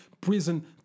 prison